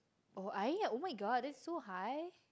oh !aiya! oh-my-god that's so high